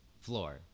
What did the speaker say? Floor